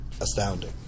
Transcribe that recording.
astounding